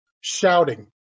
shouting